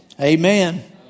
Amen